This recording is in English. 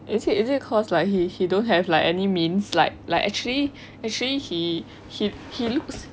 is it is it cause like he he don't have like any means like like actually actually he he looks